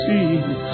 See